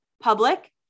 Public